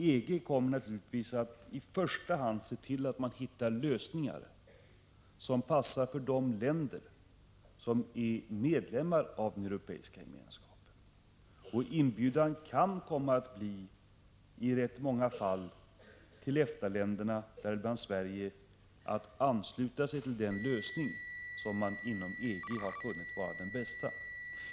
EG kommer naturligtvis att i första hand se till att hitta lösningar som passar för de länder som är medlemmar i den europeiska gemenskapen. Inbjudan till EFTA-länderna, däribland Sverige, kan i rätt 25 många fall komma att bli att ansluta sig till den lösning som man inom EG har funnit vara den bästa.